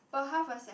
but half a second